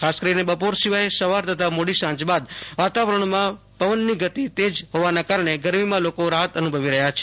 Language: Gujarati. ખાસ કરીને બપોર સિવાય સવાર તથા મોડી સાંજ બાદ વાતાવરણમાં પવનની તેજ ગતિના કારણે ગરમીમાં લોકો રાહત અનુભવી રહ્યા છે